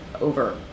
over